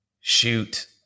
shoot